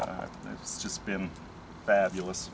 and it's just been fabulous